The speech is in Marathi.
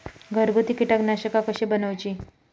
घरगुती कीटकनाशका कशी बनवूची?